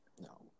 No